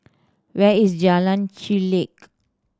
where is Jalan Chulek